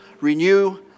Renew